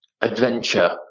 adventure